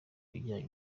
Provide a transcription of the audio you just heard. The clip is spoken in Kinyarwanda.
ibijyanye